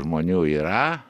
žmonių yra